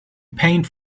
paint